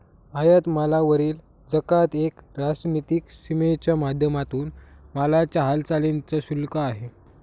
आयात मालावरील जकात एक राजनीतिक सीमेच्या माध्यमातून मालाच्या हालचालींच शुल्क आहे